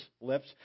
lips